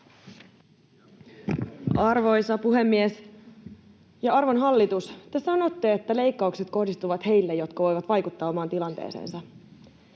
Arvoisa puhemies! Arvon hallitus, te sanotte, että leikkaukset kohdistuvat heihin, jotka voivat vaikuttaa omaan tilanteeseensa.